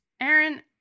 Aaron